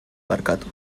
barkatu